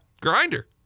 grinder